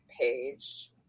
page